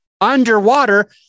underwater